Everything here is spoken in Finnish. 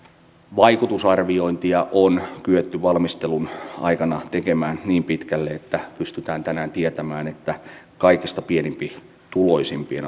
vaikutusarviointia on kyetty valmistelun aikana tekemään niin pitkälle että pystytään tänään tietämään että kaikista pienituloisimpien